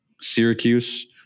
Syracuse